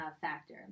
factor